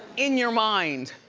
in your mind.